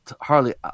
Harley